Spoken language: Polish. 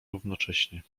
równocześnie